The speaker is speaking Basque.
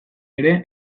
ere